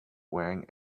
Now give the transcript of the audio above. wearing